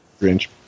Grinch